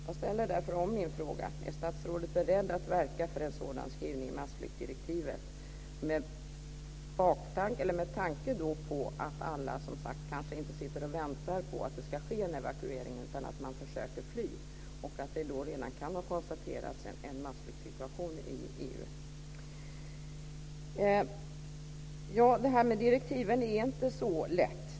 Jag ställer därför min fråga igen: Är statsrådet beredd att verka för en sådan skrivning i massflyktsdirektivet, med tanke på att alla kanske inte sitter och väntar på att det ska ske en evakuering utan försöker fly och att det redan då kan ha konstaterats en massflyktssituation i EU? Det här med direktiven är inte så lätt.